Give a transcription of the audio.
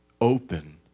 open